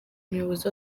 umuyobozi